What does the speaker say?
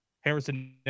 Harrison